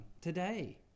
today